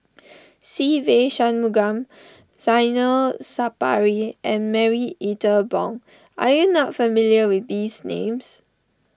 Se Ve Shanmugam Zainal Sapari and Marie Ethel Bong are you not familiar with these names